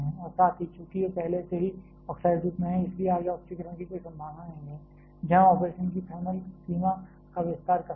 और साथ ही चूंकि वे पहले से ही ऑक्साइड रूप में हैं इसलिए आगे ऑक्सीकरण की कोई संभावना नहीं है वहां ऑपरेशन की थर्मल सीमा का विस्तार करके